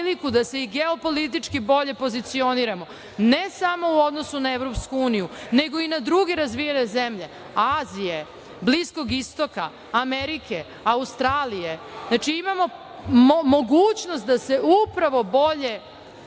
da se geopolitički bolje pozicioniramo, ne samo u odnosu na EU, nego i na druge razvijene zemlje Azije, Bliskog Istoka, Amerike, Australije. Znači, imamo mogućnost da se upravo bolje